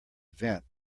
vent